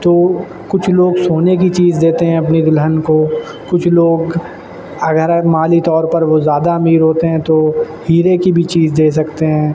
تو کچھ لوگ سونے کی چیز دیتے ہیں اپنی دلہن کو کچھ لوگ اگر مالی طور پر وہ زیادہ امیر ہوتے ہیں تو ہیرے کی بھی چیز دے سکتے ہیں